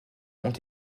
ont